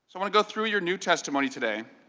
going to go through your new testimony today.